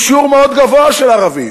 עם שיעור מאוד גבוה של ערבים.